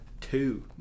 two